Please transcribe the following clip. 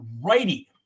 righty